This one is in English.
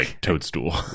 toadstool